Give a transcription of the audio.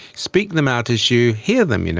speak them out as you hear them. you know